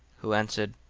who answered,